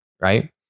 right